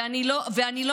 ואני לא מחויבת,